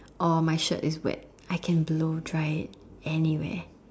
or my shirt is wet I can blow dry it anywhere